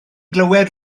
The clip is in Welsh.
glywed